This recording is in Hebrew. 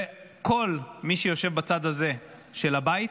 וכל מי שיושב בצד הזה של הבית